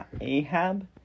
Ahab